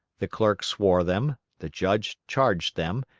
the clerk swore them the judge charged them,